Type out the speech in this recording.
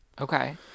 Okay